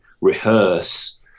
rehearse